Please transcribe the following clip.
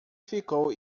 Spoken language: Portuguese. ficou